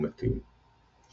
ומתים.